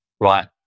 right